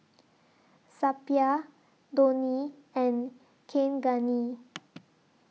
Suppiah Dhoni and Kaneganti